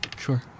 Sure